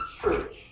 church